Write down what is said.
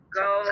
go